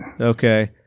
Okay